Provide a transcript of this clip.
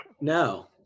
No